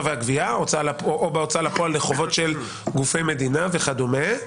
והגבייה או בהוצאה לפועל לחובות של גופי מדינה וכדומה,